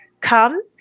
come